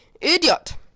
Idiot